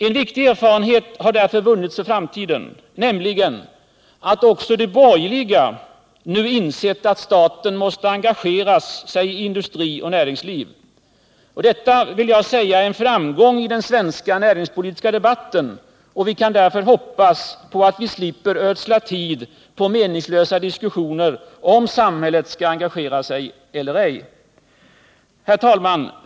En viktig erfarenhet har därför vunnits för framtiden, nämligen att också de borgerliga nu insett att staten måste engagera sig i industri och näringsliv. Detta är, vill jag säga, en framgång i den svenska näringspolitiska debatten. Vi kan därför hoppas på att vi slipper ödsla tid på meningslösa diskussioner om samhället skall engagera sig eller ej.